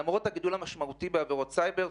למרות הגידול המשמעותי בעבירות סייבר,